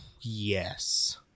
yes